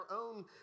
own